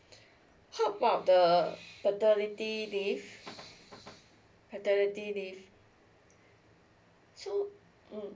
how about the paternity leave paternity leave so mm